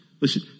listen